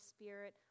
Spirit